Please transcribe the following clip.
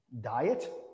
diet